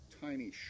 tiny